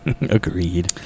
Agreed